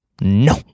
No